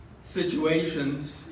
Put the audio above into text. situations